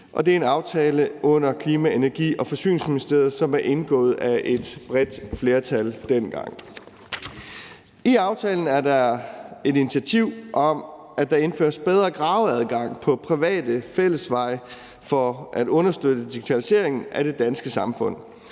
det er en aftale under Klima-, Energi- og Forsyningsministeriet, som er indgået af et bredt flertal dengang. I aftalen er der et initiativ om, at der indføres bedre graveadgang på private fællesveje for at understøtte digitaliseringen af det danske samfund.